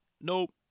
nope